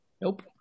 Nope